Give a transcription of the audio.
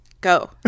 Go